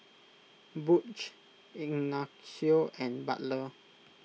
Butch Ignacio and Butler